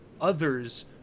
others